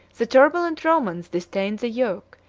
the turbulent romans disdained the yoke,